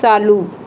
चालू